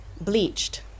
bleached